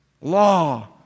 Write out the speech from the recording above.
law